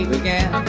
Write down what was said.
again